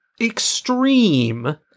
extreme